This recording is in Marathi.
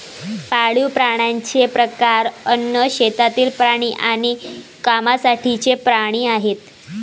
पाळीव प्राण्यांचे प्रकार अन्न, शेतातील प्राणी आणि कामासाठीचे प्राणी आहेत